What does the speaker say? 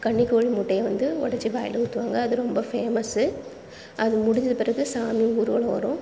கன்னிக்கோழி முட்டையை வந்து உடச்சி வாயில் ஊத்துவாங்கள் அது ரொம்ப ஃபேமஸ்ஸு அது முடிஞ்ச பிறகு சாமி ஊர்வலம் வரும்